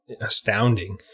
astounding